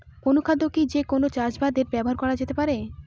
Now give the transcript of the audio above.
অনুখাদ্য কি যে কোন চাষাবাদে ব্যবহার করা যেতে পারে?